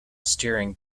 steering